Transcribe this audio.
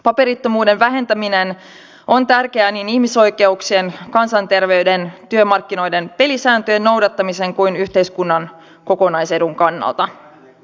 paperittomuuden vähentäminen on tärkeää niin ihmisoikeuksien kansanterveyden työmarkkinoiden pelisääntöjen noudattamisen kuin yhteiskunnan kokonaisedun kannalta